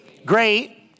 Great